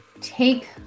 take